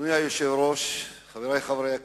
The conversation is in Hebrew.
אדוני היושב-ראש, חברי חברי הכנסת,